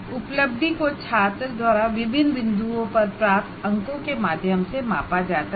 उपलब्धि को छात्र द्वारा विभिन्न बिंदुओं पर प्राप्त अंकों के माध्यम से मापा जाता है